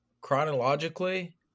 chronologically